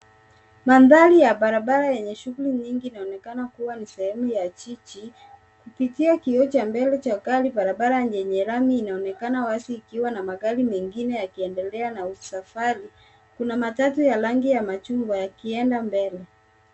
Mandhari ya barabara yenye shughuli nyingi inaonekana kuwa ni sehemu ya jiji kikiwa kioo cha mbele ya gari lenye lamii ikionekana wazi ikiendelea na safari. Kuna gari ya rangi ya chungwa ikionekana ikienda mbele.